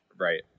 Right